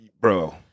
bro